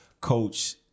Coach